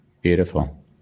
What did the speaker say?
beautiful